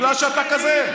בגלל שאתה כזה.